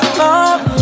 love